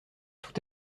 tout